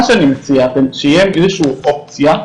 מה שאני מציע שתהיה איזושהי אופציה,